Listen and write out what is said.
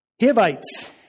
Hivites